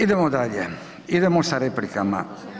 Idemo dalje, idemo sa replikama.